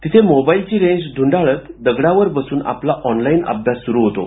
तिथे मोबाईलची रेंज ध्रंडाळत दगडावर बसून आपला ऑनलाईन अभ्यास सुरू होतो